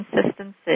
consistency